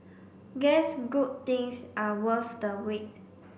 guess good things are worth the wait